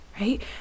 right